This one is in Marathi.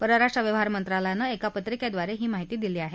परराष्ट्र व्यवहार मंत्रालयानं एका पत्रिकेद्वारे ही माहिती दिली आहे